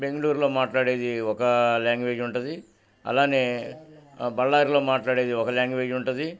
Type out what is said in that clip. బెంగళూరులో మాట్లాడేది ఒక లాంగ్వేజ్ ఉంటుంది అలానే బల్లారిలో మాట్లాడేది ఒక లాంగ్వేజ్ ఉంటుంది